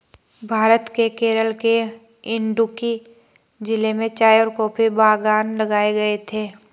भारत के केरल के इडुक्की जिले में चाय और कॉफी बागान लगाए गए थे